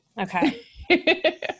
Okay